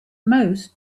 most